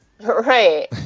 Right